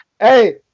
Hey